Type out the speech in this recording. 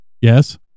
Yes